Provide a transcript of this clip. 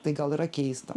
tai gal yra keista